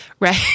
Right